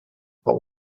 but